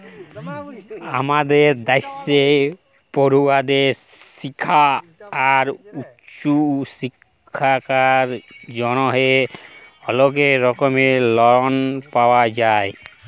আমাদের দ্যাশে পড়ুয়াদের শিক্খা আর উঁচু শিক্খার জ্যনহে অলেক রকম লন পাওয়া যায়